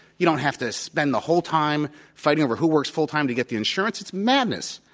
you don't have to spend the whole time fighting over who works full time to get the insurance. it's madness.